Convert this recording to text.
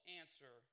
answer